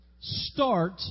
start